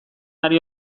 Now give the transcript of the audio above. ari